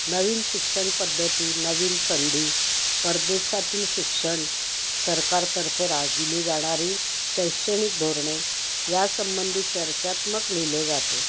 नवीन शिक्षण पद्धती नवीन संधी परदेशातील शिक्षण सरकारतर्फे राबविली जाणारी शैक्षणिक धोरणे या संबंधित चर्चात्मक लिहिले जाते